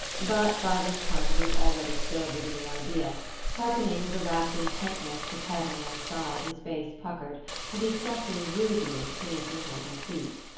but by this time he was already filled with a new idea hearkening with a rapt intentness, his head on one side, his face puckered and he struck me rudely, to make me hold my peace.